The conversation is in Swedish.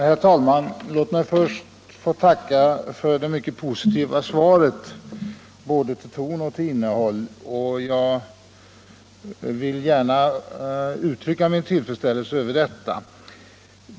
Herr talman! Låt mig först få tacka för det både till ton och till innehåll mycket positiva svaret. Jag vill gärna uttrycka min tillfredsställelse över detta.